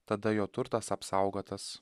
tada jo turtas apsaugotas